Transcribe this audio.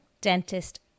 dentist